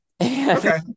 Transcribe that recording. Okay